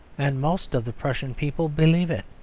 and most of the prussian people believe it.